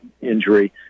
injury